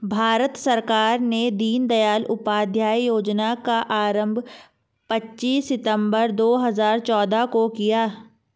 भारत सरकार ने दीनदयाल उपाध्याय योजना का आरम्भ पच्चीस सितम्बर दो हज़ार चौदह को किया